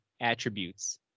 attributes